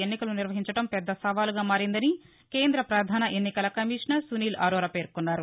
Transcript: ఎన్నికలు నిర్వహించడం పెద్ద సవాల్గా మారిందని కేంద పధాన ఎన్నికల కమిషనర్ సునీల్ అరోరా పేర్కొన్నారు